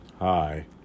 Hi